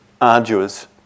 arduous